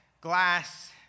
glass